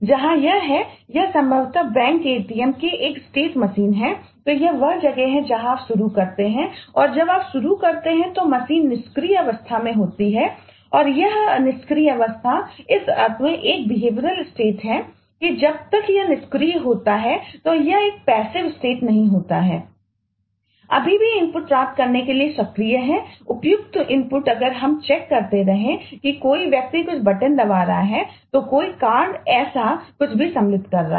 जहां यह है यह संभवतः बैंक एटीएम की एक स्टेट मशीनया ऐसा कुछ भी सम्मिलित कर रहा है